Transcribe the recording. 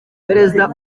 perezida